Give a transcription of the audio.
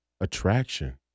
attraction